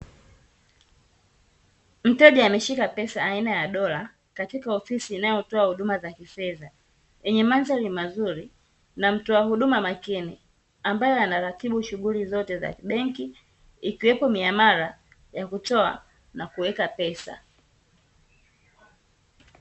Mteja ameshika pesa aina ya dola katika ofisi inayotoa huduma za kifedha, yenye mandhari mazuri na mtoa huduma makini ambaye anaratibu shughuli zote za kibenki, ikiwepo miamala ya kutoa na kuweka pesa.